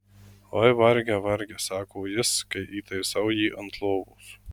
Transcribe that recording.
oi varge varge sako jis kai įtaisau jį ant lovos